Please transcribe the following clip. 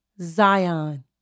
Zion